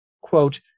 quote